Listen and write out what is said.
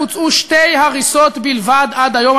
בוצעו שתי הריסות בלבד עד היום.